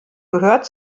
gehört